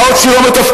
מה עוד שהיא לא מתפקדת.